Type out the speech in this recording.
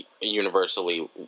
universally